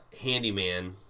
handyman